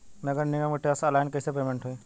नगर निगम के टैक्स ऑनलाइन कईसे पेमेंट होई?